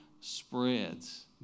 spreads